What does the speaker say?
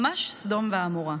ממש סדום ועמורה,